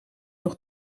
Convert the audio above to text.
nog